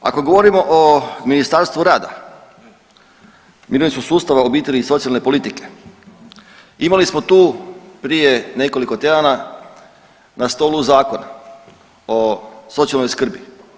Ako govorimo o Ministarstvu rada, mirovinskog sustava, obitelji i socijalne politike, imali smo tu prije nekoliko tjedana na stolu zakone o socijalnoj skrbi.